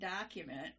document